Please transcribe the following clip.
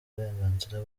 uburenganzira